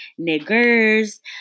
niggers